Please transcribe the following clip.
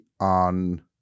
on